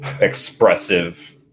expressive